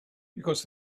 because